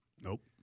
Nope